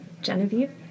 Genevieve